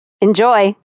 Enjoy